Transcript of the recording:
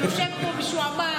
הוא יושב פה משועמם.